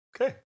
Okay